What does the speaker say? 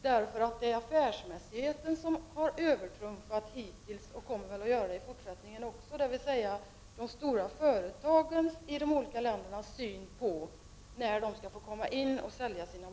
Det är nämligen affärsmässigheten, alltså de olika ländernas stora företags syn på när de skall få komma in och sälja sina varor, som hittills — och det kommer väl att gälla även i fortsättningen — har verkat övertrumfande.